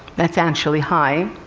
that's actually hy.